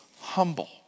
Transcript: humble